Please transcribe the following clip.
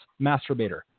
masturbator